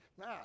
Nah